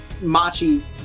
Machi